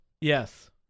Yes